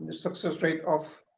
success rate of